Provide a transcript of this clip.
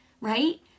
right